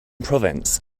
province